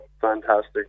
fantastic